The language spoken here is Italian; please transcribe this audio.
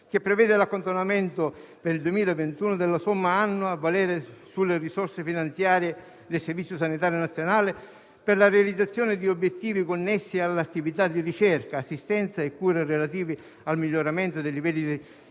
che prevede l'accantonamento per il 2021 della somma annua, a valere sulle risorse finanziarie del Servizio sanitario nazionale, per la realizzazione di obiettivi connessi alle attività di ricerca, assistenza e cura relative al miglioramento dei livelli